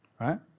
right